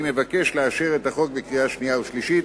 אני מבקש לאשר את הצעת החוק בקריאה שנייה ובקריאה שלישית.